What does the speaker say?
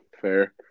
Fair